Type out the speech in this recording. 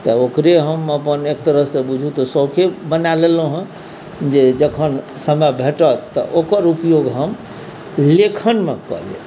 तऽ ओकरे हम अपन एकतरहसँ बुझू तऽ सौखे बना लेलहुँ हेँ जे जखन समय भेटत तऽ ओकर उपयोग हम लेखनमे कऽ लेब